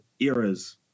eras